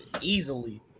easily